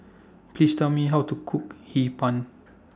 Please Tell Me How to Cook Hee Pan